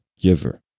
giver